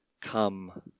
come